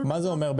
מה זה אומר?